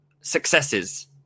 successes